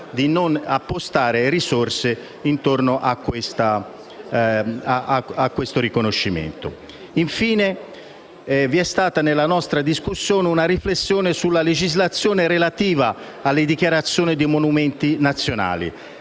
infine nella nostra discussione una riflessione sulla legislazione relativa alle dichiarazioni di monumenti nazionali.